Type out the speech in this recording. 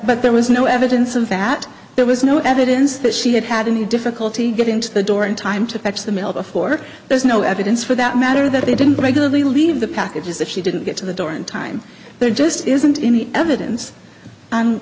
but there was no evidence of that there was no evidence that she had had any difficulty getting to the door in time to fetch the mail before there's no evidence for that matter that they didn't break or they leave the packages that she didn't get to the door in time there just isn't any evidence